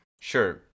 sure